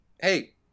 Hey